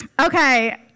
okay